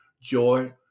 joy